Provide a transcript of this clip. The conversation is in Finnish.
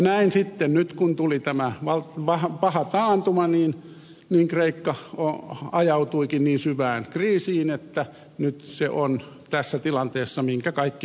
näin sitten nyt kun tuli tämä paha taantuma kreikka ajautuikin niin syvään kriisiin että nyt se on tässä tilanteessa minkä kaikki hyvin tiedämme